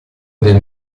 del